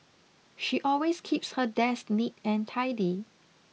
she always keeps her desk neat and tidy